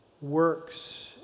works